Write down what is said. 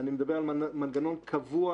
אני מדבר על מנגנון קבוע,